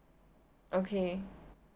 okay